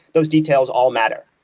those details all matter.